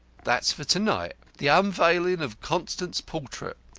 that's for to-night the unveiling of constant's portrait.